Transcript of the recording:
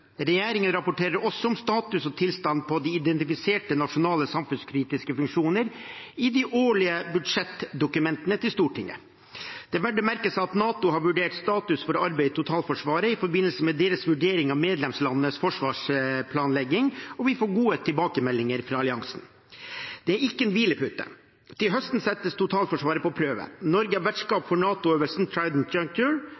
Regjeringen rapporterer også om status og tilstand for de identifiserte nasjonale, samfunnskritiske funksjoner i de årlige budsjettdokumentene til Stortinget. Det er verdt å merke seg at NATO har vurdert status for arbeidet i totalforsvaret i forbindelse med deres vurdering av medlemslandenes forsvarsplanlegging, og vi får gode tilbakemeldinger fra alliansen. Det er ikke en hvilepute. Til høsten settes totalforsvaret på prøve. Norge er